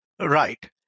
Right